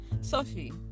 Sophie